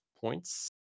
points